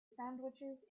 sandwiches